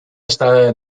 estada